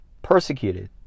Persecuted